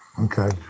Okay